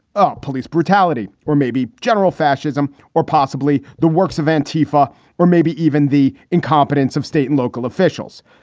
ah police brutality or maybe general fascism or possibly the works of antifa or maybe even the incompetence of state and local officials.